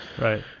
Right